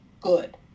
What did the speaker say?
good